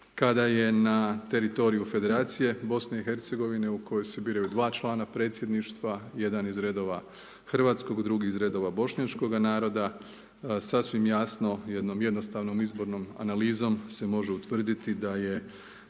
kada je na teritoriju federacije BiH-a u kojoj se biraju 2 člana predsjedništva, jedan iz redova hrvatskog, drugi iz redova bošnjačkoga naroda, sasvim jasno jednom jednostavnom izbornom analizom se može utvrditi da je